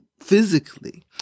physically